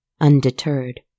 undeterred